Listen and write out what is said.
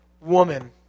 woman